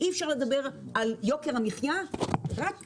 אי אפשר לדבר על יוקר המחיה רק כמוצר.